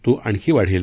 तो आणखी वाढेल